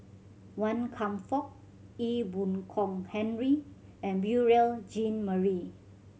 Wan Kam Fook Ee Boon Kong Henry and Beurel Jean Marie